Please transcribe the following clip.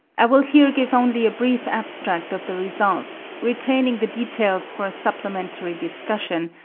i will here give only a brief abstract of the results, retaining the details for a supplementary discussion,